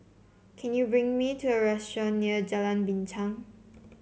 can you recommend me a restaurant near Jalan Binchang